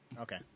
Okay